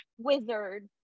wizard